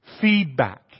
feedback